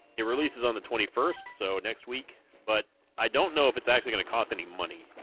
it releases on the twenty first so next week but i don't know if it's actually gonna cost any money